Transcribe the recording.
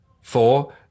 four